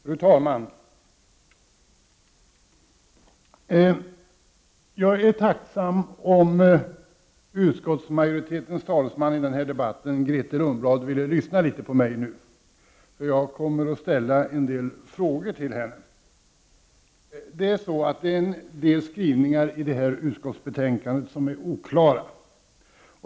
Fru talman! Jag vore tacksam om utskottsmajoritetens talesman i den här debatten, Grethe Lundblad, nu ville lyssna litet grand på mig, eftersom jag kommer att ställa några frågor till henne. En del skrivningar i utskottsbetänkandet är oklara.